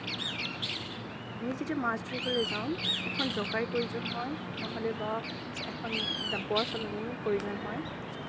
আমি যেতিয়া মাছ ধৰিবলৈ যাওঁ এখন জকাইৰ প্ৰয়োজন হয় নহ'লে বা এখন বোৱা চালনিৰ প্ৰয়োজন হয়